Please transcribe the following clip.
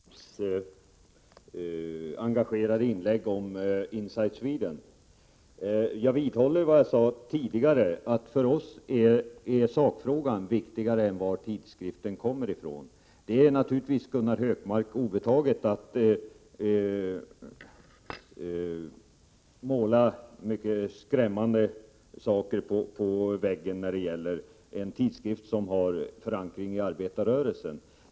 Herr talman! Först en kommentar till Gunnar Hökmarks engagerade inlägg om Inside Sweden. Jag vidhåller vad jag sade tidigare, att för oss är sakfrågan viktigare än frågan varifrån tidskriften kommer. Det är naturligtvis Gunnar Hökmark obetaget att måla mycket skrämmande saker på väggen när det gäller en tidskrift som har förankring i arbetarrörelsen.